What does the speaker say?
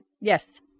Yes